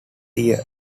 year